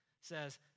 says